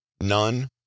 none